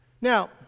Now